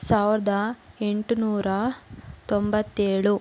ಸಾವಿರದ ಎಂಟುನೂರ ತೊಂಬತ್ತೇಳು